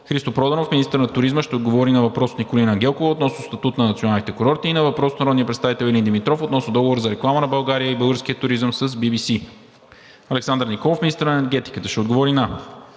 Христо Проданов – министър на туризма, ще отговори на: - въпрос от Николина Ангелкова относно статут на националните курорти; - въпрос от Илин Димитров относно договор за реклама на България и българския туризъм с Би Би Си. Александър Николов – министър на енергетиката, ще отговори на: